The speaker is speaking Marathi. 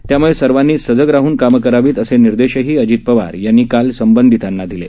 त्यामुळे सर्वानी सजग राहन कामं करावीत असे निर्देश अजित पवार यांनी काल संबंधितांना दिले